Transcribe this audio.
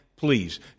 please